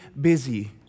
busy